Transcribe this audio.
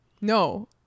No